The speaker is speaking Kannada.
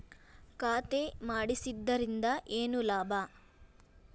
ಖಾತೆ ಮಾಡಿಸಿದ್ದರಿಂದ ಏನು ಲಾಭ?